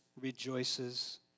rejoices